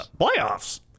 Playoffs